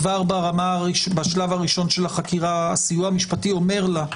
כבר השלב הראשון של החקירה הסיוע המשפטי אומר לה: